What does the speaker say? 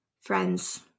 Friends